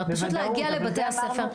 פשוט להגיע לבתי הספר.